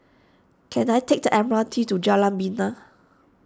can I take the M R T to Jalan Bena